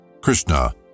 Krishna